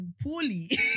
poorly